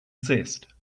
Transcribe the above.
zest